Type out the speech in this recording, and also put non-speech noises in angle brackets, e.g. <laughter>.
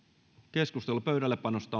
keskustelu pöydällepanosta <unintelligible>